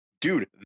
dude